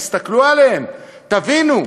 תסתכלו עליהם, תבינו.